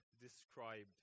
described